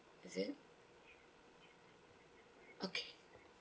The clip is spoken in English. is it okay